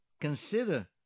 consider